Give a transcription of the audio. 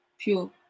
pure